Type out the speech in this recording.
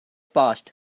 passed